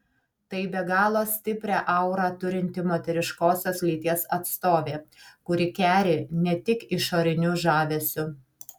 tai be galo stiprią aurą turinti moteriškosios lyties atstovė kuri keri ne tik išoriniu žavesiu